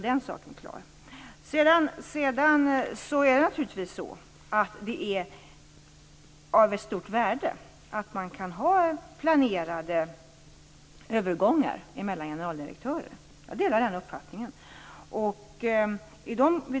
Det är naturligtvis av stort värde att man kan ha planerade övergångar mellan generaldirektörer. Jag delar den uppfattningen.